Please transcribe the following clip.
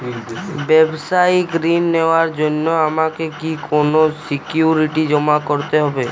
ব্যাবসায়িক ঋণ নেওয়ার জন্য আমাকে কি কোনো সিকিউরিটি জমা করতে হবে?